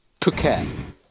phuket